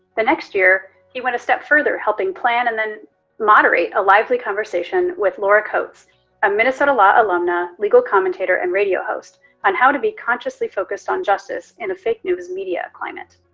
the next year he went a step further helping plan and then moderate a lively conversation with laura coates a minnesota law alumna, legal commentator, and radio host on how to be consciously focused on justice in a fake news media climate.